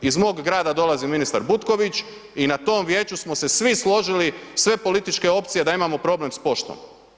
Iz mog grada dolazi ministar Butković i na tom vijeću smo se svi složili, sve političke opcije, da imamo problem s poštom.